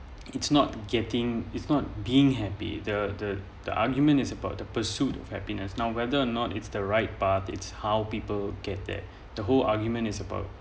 it's not getting is not being happy the the the argument is about the pursuit of happiness now whether or not it's the right but it's how people get there the whole argument is about